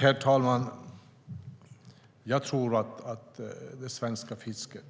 Herr talman! Jag tror att det svenska fisket